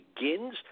begins